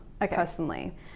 personally